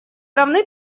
равны